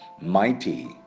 mighty